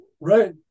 right